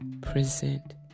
present